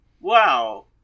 Wow